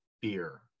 beer